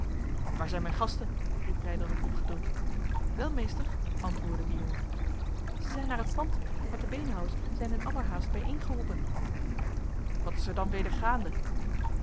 waar zijn mijn gasten riep breydel met ongeduld wel meester antwoordde de jongen zij zijn naar het pand want de beenhouwers zijn in allerhaast bijeen geroepen wat is er dan weder gaande